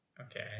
okay